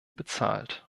bezahlt